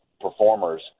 performers